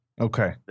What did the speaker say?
Okay